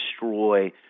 destroy